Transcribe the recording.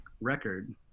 record